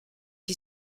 qui